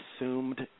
assumed